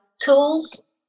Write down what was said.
tools